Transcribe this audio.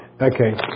Okay